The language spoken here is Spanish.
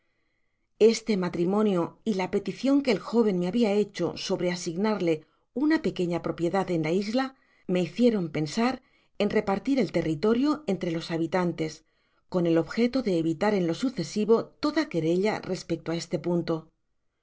este matrimonio y la peticion que el jóven me babia hecho sobre asignarle una pequeña propiedad en la isla me hicieron pensar en repartir el territorio entre los habitantes con el objeto de evitar en lo sucesivo toda querella respecto á este punto